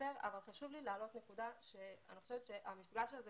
אקצר אבל חשוב לי להעלות נקודה שאני חושבת שהמפגש הזה